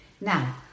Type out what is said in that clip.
Now